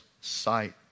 sight